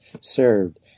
served